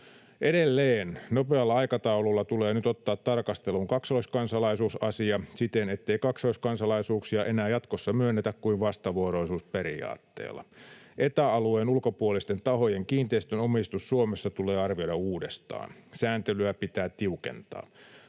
Edelleen nopealla aikataululla tulee nyt ottaa tarkasteluun kaksoiskansalaisuusasia siten, ettei kaksoiskansalaisuuksia enää jatkossa myönnetä kuin vastavuoroisuusperiaatteella. Eta-alueen ulkopuolisten tahojen kiinteistön omistus Suomessa tulee arvioida uudestaan. Sääntelyä pitää tiukentaa.